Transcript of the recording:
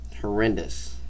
horrendous